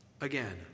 Again